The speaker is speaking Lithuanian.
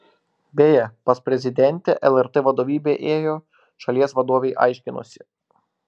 beje pas prezidentę lrt vadovybė ėjo šalies vadovei aiškinosi